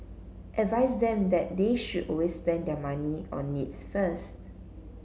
advise them that they should always spend their money on needs first